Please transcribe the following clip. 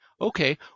Okay